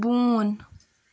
بوٗن